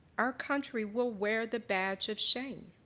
our country will wear the badge of shame.